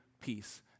peace